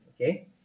Okay